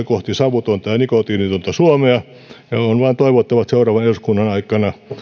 kohti savutonta ja nikotiinitonta suomea ja on vain toivottava että seuraavan eduskunnan aikana